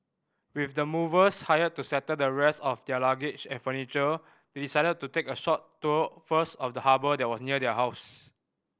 with the movers hired to settle the rest of their luggage and furniture they decided to take a short tour first of the harbour that was near their house